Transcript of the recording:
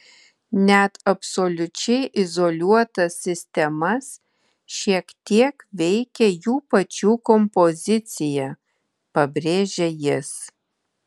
net absoliučiai izoliuotas sistemas šiek tiek veikia jų pačių kompozicija pabrėžia jis